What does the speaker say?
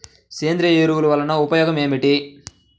సేంద్రీయ ఎరువుల వల్ల ఉపయోగమేమిటీ?